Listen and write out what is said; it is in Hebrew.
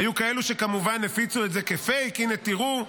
היו כאלו שכמובן הפיצו את זה כפייק: הינה תראו,